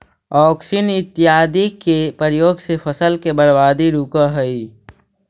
auxin इत्यादि के प्रयोग से फसल के बर्बादी रुकऽ हई